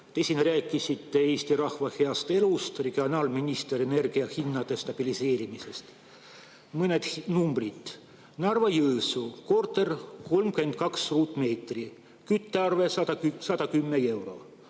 Te siin rääkisite Eesti rahva heast elust, regionaalminister [rääkis] energiahindade stabiliseerimisest. Mõned numbrid: Narva-Jõesuu, korter 32 m2, küttearve 110 eurot;